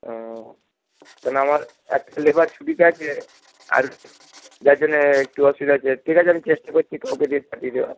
ও কেন না আমার একটা লেবার ছুটিতে আছে আর যার জন্যে একটু অসুবিধা হচ্ছে ঠিক আছে আমি চেষ্টা করছি কাউকে দিয়ে পাঠিয়ে দেওয়ার